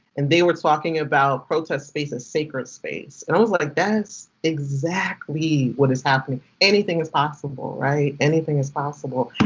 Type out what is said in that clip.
and they were talking about protest space as sacred space. and i was like. that is exactly what is happening. anything is possible. right? anything is possible.